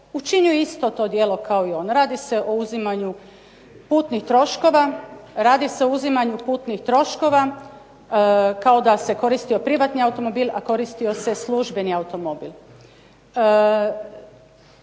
učinio isto to djelo kao i on. Radi se o uzimanju putnih troškova kao da se koristio privatni automobil, a koristi se službeni automobil.